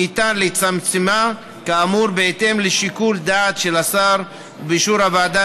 ניתן לצמצמה כאמור בהתאם לשיקול דעת של השר ובאישור הוועדה,